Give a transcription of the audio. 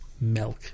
milk